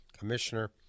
commissioner